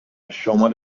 شمال